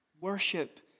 Worship